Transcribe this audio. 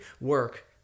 work